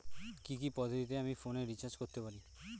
কি কি পদ্ধতিতে আমি ফোনে রিচার্জ করতে পারি?